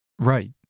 Right